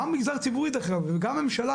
גם מגזר ציבורי דרך אגב, וגם ממשלה.